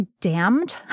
damned